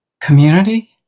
community